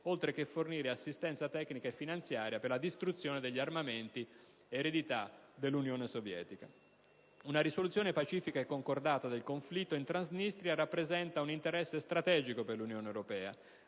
oltre che fornire assistenza tecnica e finanziaria per la distruzione degli armamenti, eredità dell'Unione sovietica. Una risoluzione pacifica e concordata del conflitto in Transnistria rappresenta un interesse strategico per l'Unione europea,